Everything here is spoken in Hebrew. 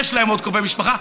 יש להם עוד קרובי משפחה,